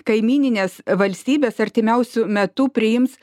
kaimyninės valstybės artimiausiu metu priims